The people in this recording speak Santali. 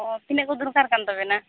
ᱚ ᱛᱤᱱᱟ ᱜ ᱠᱚ ᱫᱚᱨᱠᱟᱨ ᱠᱟᱱ ᱛᱟ ᱵᱮᱱᱟ